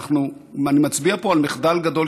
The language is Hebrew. אני מצביע פה על מחדל גדול,